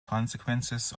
consequences